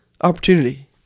opportunity